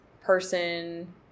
person